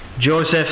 Joseph